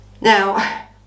Now